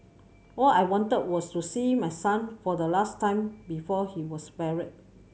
all I wanted was to see my son for the last time before he was buried